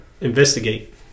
investigate